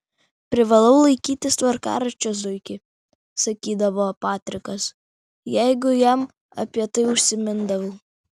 privalau laikytis tvarkaraščio zuiki sakydavo patrikas jeigu jam apie tai užsimindavau